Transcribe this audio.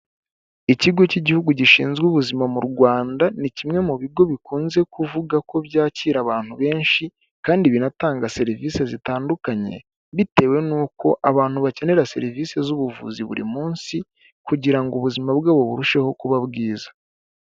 Ikigo cy'igihugu gishinzwe ubuzima mu Rwanda ni kimwe mu bigo bikunze kuvuga ko byakira abantu benshi kandi binatanga serivisi zitandukanye bitewe n'uko abantu bakenera serivisi z'ubuvuzi buri munsi, kugirango ubuzima bwe burusheho kuba bwiza.